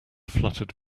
fluttered